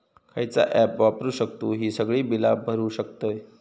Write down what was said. खयचा ऍप वापरू शकतू ही सगळी बीला भरु शकतय?